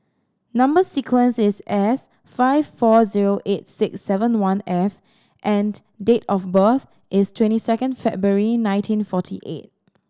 number sequence is S five four zero eight six seven one F and date of birth is twenty second February nineteen forty eight